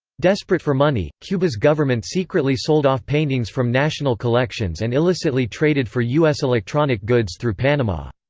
desperate for money, cuba's government secretly sold off paintings from national collections and illicitly traded for u s. electronic goods through panama.